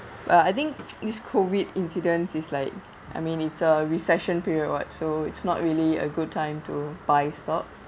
but I think this COVID incidents it's like I mean it's a recession period [what] so it's not really a good time to buy stocks